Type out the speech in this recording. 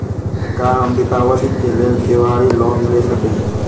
का हम दीपावली के लेल त्योहारी लोन ले सकई?